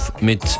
mit